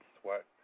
sweat